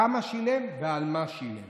כמה שילם ועל מה שילם.